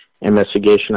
investigation